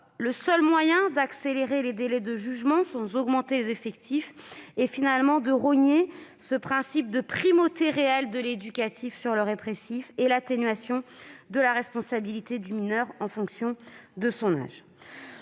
le seul moyen d'accélérer les délais de jugement sans augmenter les effectifs est finalement de rogner le principe de la primauté de l'éducatif sur le répressif et le principe de l'atténuation de la responsabilité du mineur. Nous proposions dans le